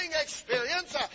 experience